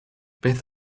beth